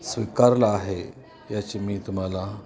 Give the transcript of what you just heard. स्वीकारला आहे याची मी तुम्हाला